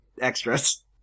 extras